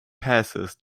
passes